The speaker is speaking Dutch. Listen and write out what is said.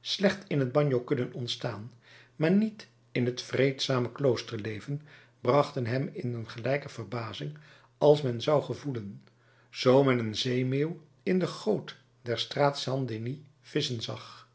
slecht in het bagno kunnen ontstaan maar niet in het vreedzame kloosterleven brachten hem in een gelijke verbazing als men zou gevoelen zoo men een zeemeeuw in de goot der straat saint denis visschen zag